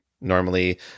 normally